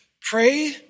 pray